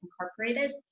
Incorporated